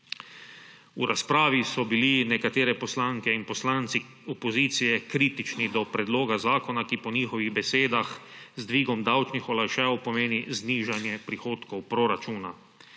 V razpravi so bili nekatere poslanke in poslanci opozicije kritični do predloga zakona, ki po njihovih besedah z dvigom davčnih olajšav pomeni znižanje prihodkov proračuna.